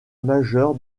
majeur